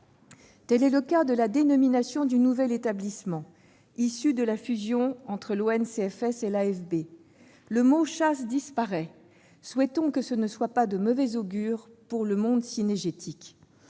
ce qui concerne la dénomination du nouvel établissement, issu de la fusion entre l'ONCFS et l'AFB, puisque le mot « chasse » disparaît. Souhaitons que ce ne soit pas de mauvais augure pour le monde cynégétique.